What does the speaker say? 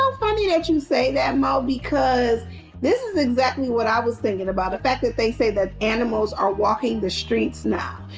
um funny that you say that, mo, because this is exactly what i was thinking about, the fact that they say that animals are walking the streets now,